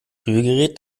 rührgerät